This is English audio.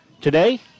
today